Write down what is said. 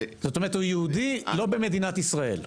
זאת אומרת הוא יהודי לא במדינת ישראל.